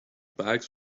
bags